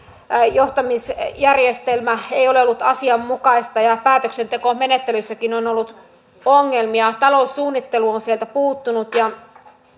johtamisjärjestelmä ei ole ollut asianmukaista päätöksentekomenettelyissäkin on ollut ongelmia taloussuunnittelu on sieltä puuttunut ja